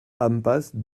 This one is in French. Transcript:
impasse